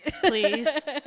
Please